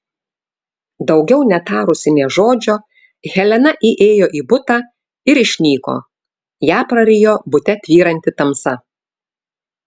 daugiau netarusi nė žodžio helena įėjo į butą ir išnyko ją prarijo bute tvyranti tamsa